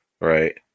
right